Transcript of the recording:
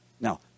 Now